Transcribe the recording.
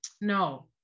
No